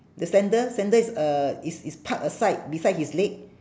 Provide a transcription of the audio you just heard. the sandal sandal is uh is is park aside beside his leg